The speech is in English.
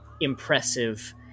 impressive